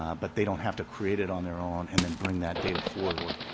um but they don't have to create it on their own and then bring that data forward.